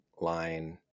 line